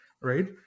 right